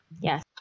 Yes